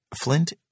Flint